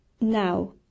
now